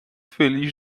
feliz